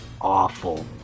awful